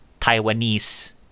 Taiwanese